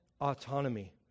autonomy